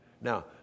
Now